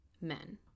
men